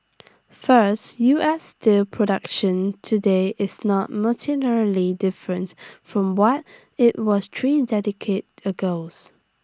first U S steel production today is not materially different from what IT was three agos